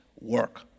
work